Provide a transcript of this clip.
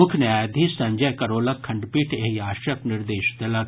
मुख्य न्यायाधीश संजय करोलक खंडपीठ एहि आशयक निर्देश देलक